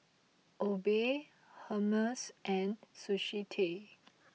Obey Hermes and Sushi Tei